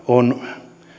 on